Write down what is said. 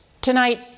Tonight